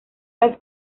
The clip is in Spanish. las